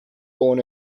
born